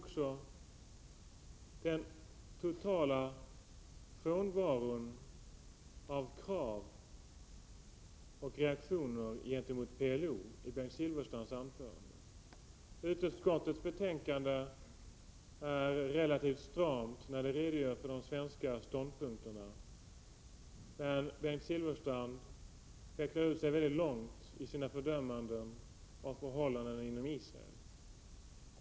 Den totala frånvaron av krav på och reaktioner mot PLO i Bengt Silfverstrands anförande förvånar mig också. I utrikesutskottets betänkande redogörs på ett relativt stramt sätt för de svenska ståndpunkterna. Bengt Silfverstrand däremot går mycket långt i sina fördömanden av förhållandena i Israel.